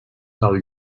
del